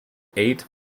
eight